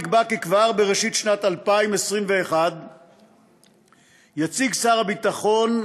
נקבע כי כבר בראשית שנת 2021 יציג שר הביטחון לוועדה,